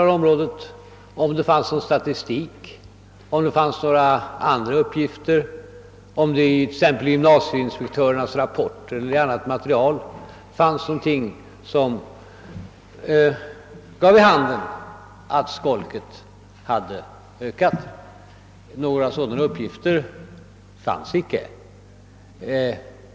Jag efterlyste, om det fanns någon statistik eller eventuella andra uppgifter, t.ex. i gymnasieinspektörernas rapporter, som gav vid handen att skolket hade ökat. Några sådana uppgifter fanns icke.